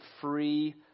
free